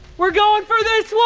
we're going for this